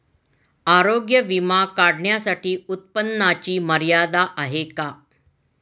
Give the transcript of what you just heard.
आरोग्य विमा काढण्यासाठी उत्पन्नाची मर्यादा आहे का?